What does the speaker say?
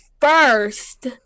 first